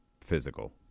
physical